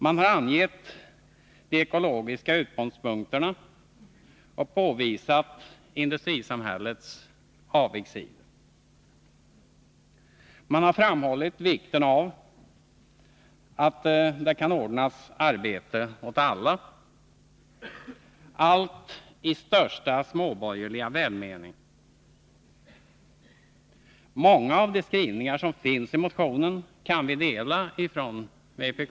Man har angett de ekologiska utgångspunkterna och påvisat industrisamhällets avigsidor; och man har framhållit vikten av att det kan ordnas arbete åt alla — allt i största småborgerliga välmening. Nr 23 Många av de uppfattningar som framförs i motionen kan vi från vpk dela.